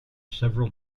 several